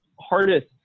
hardest